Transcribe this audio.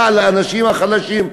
רע לאנשים החלשים,